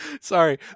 Sorry